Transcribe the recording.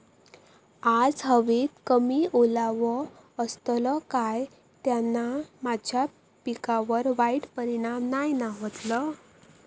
आज हवेत कमी ओलावो असतलो काय त्याना माझ्या पिकावर वाईट परिणाम नाय ना व्हतलो?